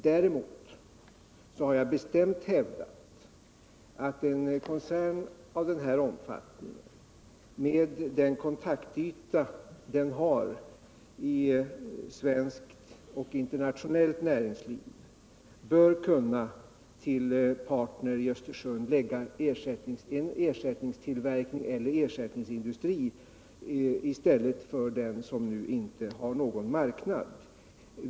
Däremot har jag bestämt hävdat att en koncern av denna omfattning och med den kontaktyta som den har i svenskt och internationellt näringsliv bör kunna till Partner i Östersund lägga en ersättningstillverkning eller ersättningsindustri i stället för den som nu inte har någon marknad.